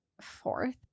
fourth